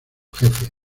jefe